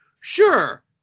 Sure